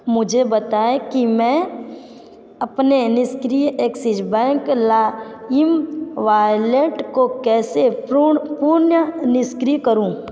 मुझे बताएँ कि मैं अपने निष्क्रिय एक्सिस बैंक लाइम वाइलेट को कैसे पूर्ण पुन्य निष्क्रिय करूँ